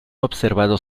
observado